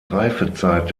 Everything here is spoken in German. reifezeit